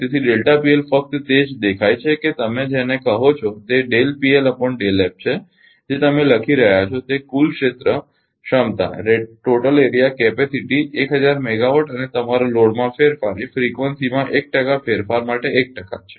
તેથી ફક્ત તે જ દેખાય છે કે તમે જેને કહો છો તે છે જે તમે લખી રહ્યા છો તે કુલ ક્ષેત્ર રેટેડ ક્ષમતા 1000 મેગાવાટ અને તમારો લોડમાં ફેરફાર એ ફ્રિકવન્સીમાં 1 ટકા ફેરફાર માટે 1 ટકા છે